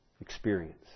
experience